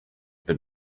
been